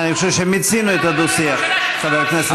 אני חושב שמיצינו את הדו-שיח, חבר הכנסת טיבי.